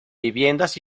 viviendas